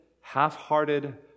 half-hearted